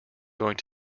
going